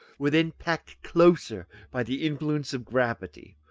were then packed closer by the influence of gravity,